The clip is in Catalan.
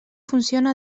funciona